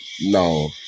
no